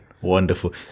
Wonderful